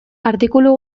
artikulu